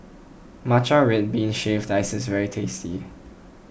Matcha Red Bean Shaved Ice is very tasty